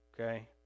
okay